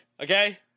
Okay